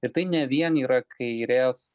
ir tai ne vien yra kairės